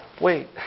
wait